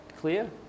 clear